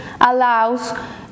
allows